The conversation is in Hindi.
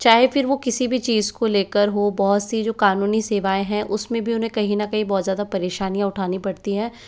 चाहे फिर वह किसी भी चीज़ को लेकर हो बहुत सी जो कानूनी सेवाएँ हैं उसमें भी उन्हें कहीं न कहीं बहुत ज़्यादा परेशानियाँ उठानी पड़ती हैं